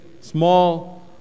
small